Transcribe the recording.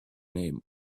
name